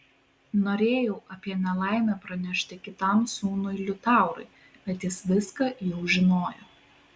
norėjau apie nelaimę pranešti kitam sūnui liutaurui bet jis viską jau žinojo